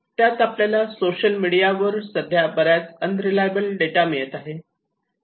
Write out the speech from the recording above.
त्यात आपल्याला सोशल मीडियावर सध्या बराच अनरिलायबल डेटा मिळत आहे